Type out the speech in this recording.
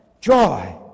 joy